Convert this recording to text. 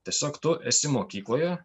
tiesiog tu esi mokykloje